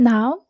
Now